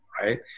Right